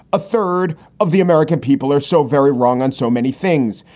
a third of the american people are so very wrong on so many things.